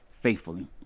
faithfully